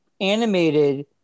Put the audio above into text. animated